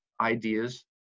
ideas